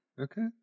Okay